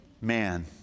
Man